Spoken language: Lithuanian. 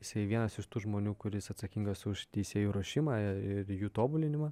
jisai vienas iš tų žmonių kuris atsakingas už teisėjų ruošimą ir jų tobulinimą